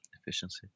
efficiency